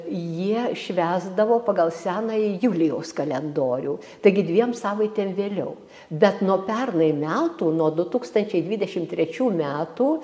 jie švęsdavo pagal senąjį julijaus kalendorių taigi dviem savaitėm vėliau bet nuo pernai metų nuo du tūkstančiai dvidešim trečių metų